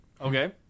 Okay